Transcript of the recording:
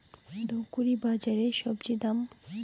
ধূপগুড়ি বাজারের স্বজি দাম?